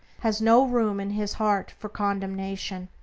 has no room in his heart for condemnation.